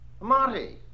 Monty